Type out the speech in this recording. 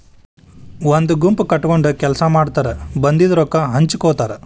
ಒಂದ ಗುಂಪ ಕಟಗೊಂಡ ಕೆಲಸಾ ಮಾಡತಾರ ಬಂದಿದ ರೊಕ್ಕಾ ಹಂಚಗೊತಾರ